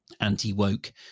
anti-woke